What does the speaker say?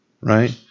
right